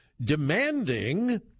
demanding